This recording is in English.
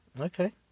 Okay